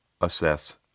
Assess